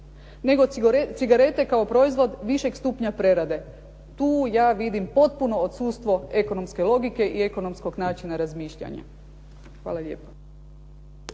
nego cigarete kao proizvod višeg stupnja prerade. Tu ja vidim potpuno odsustvo ekonomske logike i ekonomskog načina razmišljanja. Hvala lijepo.